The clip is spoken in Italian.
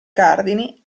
cardini